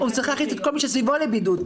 הוא צריך להכניס את כל מי שסביבו לבידוד.